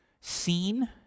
seen